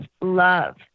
love